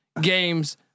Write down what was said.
games